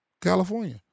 California